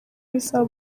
bisaba